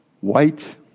White